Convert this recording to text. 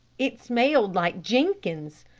it smelled like jenkins.